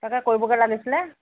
তাকে কৰিবগৈ লাগিছিলে